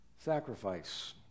sacrifice